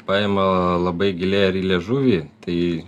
paima labai giliai ar į liežuvį tai